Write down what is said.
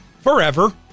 forever